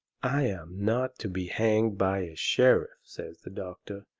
i am not to be hanged by a sheriff, says the doctor,